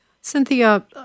Cynthia